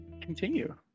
continue